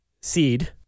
seed